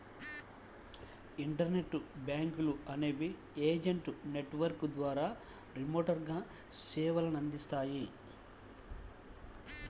internet బ్యాంకులు అనేవి agent network ద్వారా రిమోట్గా సేవలనందిస్తాయి